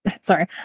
Sorry